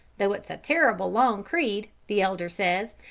though it's a terrible long creed, the elder says,